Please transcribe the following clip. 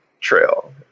trail